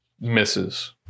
misses